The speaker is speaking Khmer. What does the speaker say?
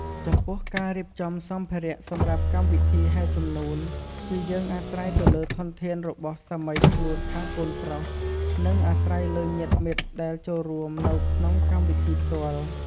ចំពោះការរៀបចំសម្ភារៈសម្រាប់កម្មវិធីហែជំនូន គឺយើងអាស្រ័យទៅលើធនធានរបស់សាមីខ្លួនខាងកូនប្រុស និងអាស្រ័យលើញាតិមិត្តដែលចូលរួមនៅក្នុងកម្មវិធីផ្ទាល់។